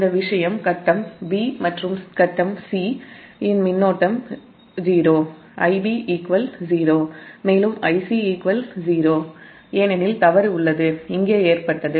இந்த விஷயம் phase b மற்றும் ஃபேஸ் c இன் மின்னோட்டம் 0 Ib 0 மேலும் Ic 0 ஏனெனில் ஃபால்ட் இங்கே ஏற்பட்டது